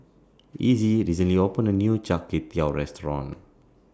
Essie recently opened A New Char Kway Teow Restaurant